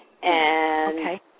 Okay